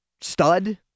Stud